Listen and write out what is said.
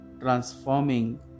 transforming